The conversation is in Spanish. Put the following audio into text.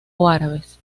árabes